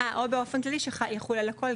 או באופן כללי שיחול על הכל,